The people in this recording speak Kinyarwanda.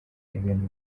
ibintu